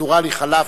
הפרוצדורלי חלף,